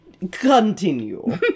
continue